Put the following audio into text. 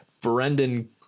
Brendan